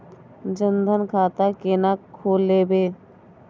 जनधन खाता केना खोलेबे?